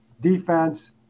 defense